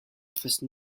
office